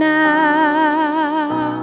now